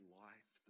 life